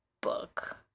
book